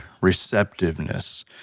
receptiveness